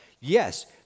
Yes